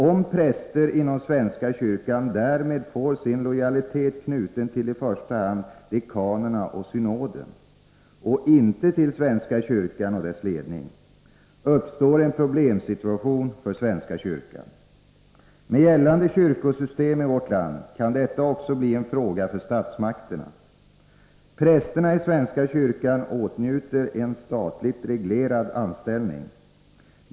Om präster inom svenska kyrkan därmed får sin lojalitet knuten till i första hand dekanerna och synoden, och inte till svenska kyrkan och dess ledning, uppstår en problemsituation för svenska kyrkan. Med gällande kyrkosystem i vårt land kan detta också bli en fråga för statsmakterna. Prästerna i svenska kyrkan åtnjuter en statligt reglerad anställning.